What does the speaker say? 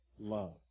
Love